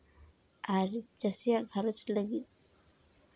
ᱟᱨ ᱪᱟᱹᱥᱤᱭᱟᱜ ᱜᱷᱟᱸᱨᱚᱡᱽ ᱞᱟᱹᱜᱤᱫ